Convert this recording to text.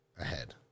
ahead